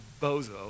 Bozo